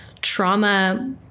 trauma